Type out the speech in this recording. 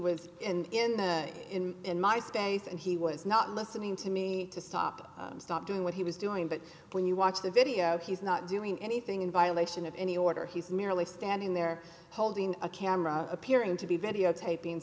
was in the in in my space and he was not listening to me to stop stop doing what he was doing but when you watch the video he's not doing anything in violation of any order he's merely standing there holding a camera appearing to be videotaping